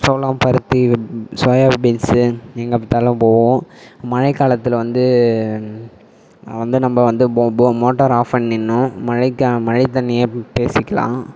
சோளம் பருத்தி சோயாபீன்ஸு எங்கே பார்த்தாலும் போகும் மழைக்காலத்தில் வந்து வந்து நம்ம வந்து போ போ மோட்டாரை ஆஃப் பண்ணிடணும் மழை கா மழை தண்ணியே பேசிக்கலாம்